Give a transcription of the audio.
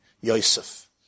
Yosef